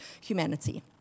humanity